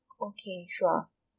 okay sure